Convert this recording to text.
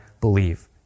believe